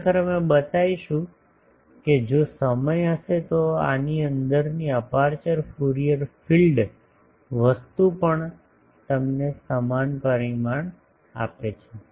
ખરેખર અમે બતાવીશું જો સમય હશે તો કે આની અંદરની અપેર્ચર ફ્યુરિયર ફીલ્ડ વસ્તુ પણ તમને સમાન પરિણામ આપે છે